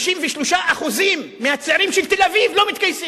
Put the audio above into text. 53% מהצעירים של תל-אביב לא מתגייסים,